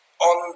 on